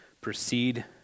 proceed